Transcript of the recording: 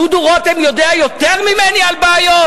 דודו רותם יודע יותר ממני על בעיות?